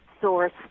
source